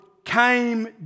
came